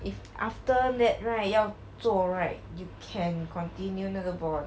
if after that right 要做 right you can continue 那个 bond